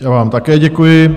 Já vám také děkuji.